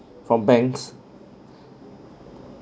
from banks